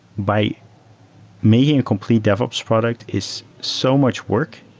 by making a complete devops product is so much work.